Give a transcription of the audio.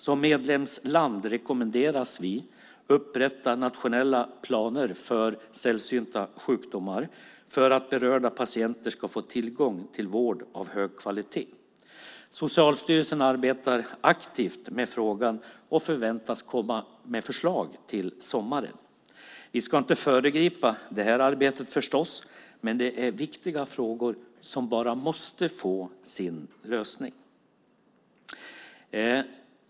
Som medlemsland rekommenderas vi att upprätta nationella planer för sällsynta sjukdomar för att berörda patienter ska få tillgång till vård av hög kvalitet. Socialstyrelsen arbetar aktivt med frågan och förväntas komma med förslag till sommaren. Vi ska inte föregripa detta arbete, men det är viktiga frågor som bara måste få sin lösning.